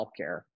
healthcare